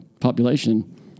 population